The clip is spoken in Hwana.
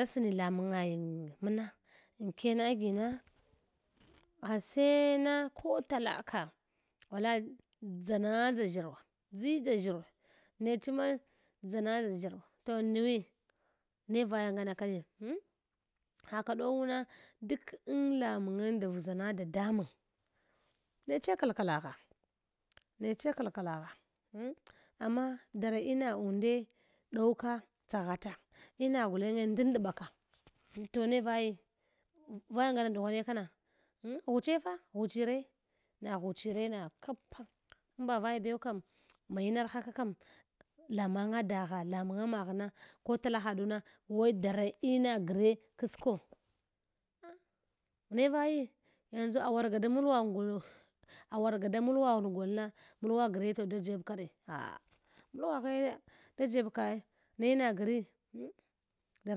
a sni lamangayang mna ankfana agi na mi ase na koh tala ka wallai dʒanadʒa ʒshimwa dʒidʒashirawa nech ma dʒanadʒa ʒshirnuw toh muwe’ ne vaya ngana kani haka ɗowu na dak’an lamangenda vʒama dadamang neche kalkalagha neche kalkalagha amma dara ina unde ɗow ka tsaghata inagh gulange ndan ndɓa ka toh ne vayi v’vaya ngana ɗughwane kama dim ghuche ga ghuchi re na ghuchire na kapa amba vaya bew kam ɗtsa ma inarhaka kam lamanga dagha lamanga maghna ko tala haduna we dara ina gre kas ko ah ne vayi? Eh yanʒu awarga da malwaghune ngol awarga da mulwa ghune golna mulwa gre toh da yeb ka re ah mulwaghe da yeb ka ai ne na gre? dara.